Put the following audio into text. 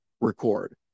record